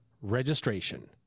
registration